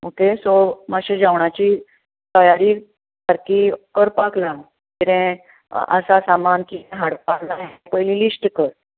okay so मात्शे जेवणाची तयारी सारकी करपाक लाय सो कितें आसा सामान कितें हाडपाक जाय लिस्ट कर